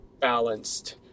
balanced